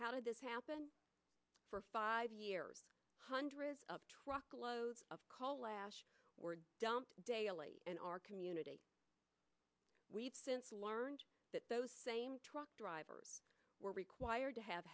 how did this happen for five years hundreds of truckloads of call lash were dumped daily in our community we've since learned that those same truck drivers were required to have